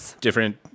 different